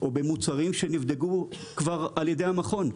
או במוצרים שנבדקו על ידי המכון,